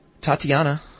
Tatiana